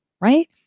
right